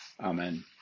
Amen